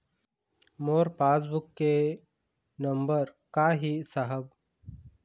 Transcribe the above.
मोर passbook के number का ही साहब?